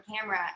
camera